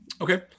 Okay